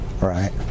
Right